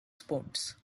sports